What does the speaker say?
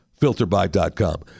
Filterby.com